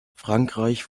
frankreich